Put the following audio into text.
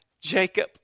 Jacob